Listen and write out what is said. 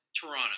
Toronto